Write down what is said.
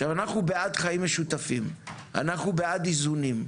עכשיו, אנחנו בעד חיים משותפים אנחנו בעד איזונים,